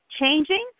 changing